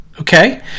Okay